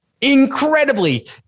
incredibly